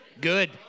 good